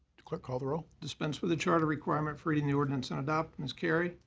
clerk, call the roll. dispense with the charter requirement for reading the ordinance and adopt. ms. carry.